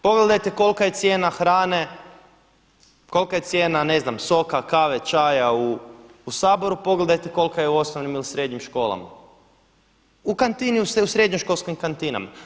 Pogledajte kolika je cijena hrane, kolika je cijena ne znam soka, kave, čaja u Saboru pogledajte kolika je osnovnim ili srednjim školama, u kantini u srednjoškolskim kantinama.